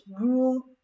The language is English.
rule